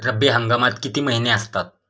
रब्बी हंगामात किती महिने असतात?